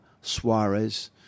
Suarez